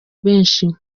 benshi